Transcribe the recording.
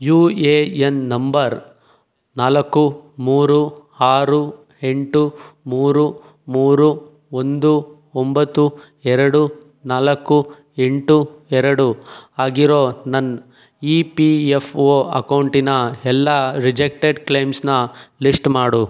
you A N number ನಾಲ್ಕು ಮೂರು ಆರು ಎಂಟು ಮೂರು ಮೂರು ಒಂದು ಒಂಬತ್ತು ಎರಡು ನಾಲ್ಕು ಎಂಟು ಎರಡು ಆಗಿರೋ ನನ್ನ ಇ ಪಿ ಎಫ್ ಓ ಅಕೌಂಟಿನ ಎಲ್ಲ ರಿಜೆಕ್ಟೆಡ್ ಕ್ಲೇಮ್ಸ್ನ ಲಿಸ್ಟ್ ಮಾಡು